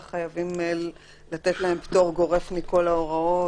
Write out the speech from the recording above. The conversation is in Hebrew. חייבים לתת להם פטור גורף מכל ההוראות,